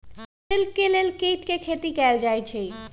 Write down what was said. silk के लेल कीट के खेती कएल जाई छई